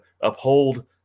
uphold